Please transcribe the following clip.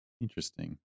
Interesting